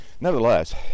Nevertheless